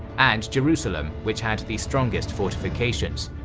and jerusalem, which had the strongest fortifications.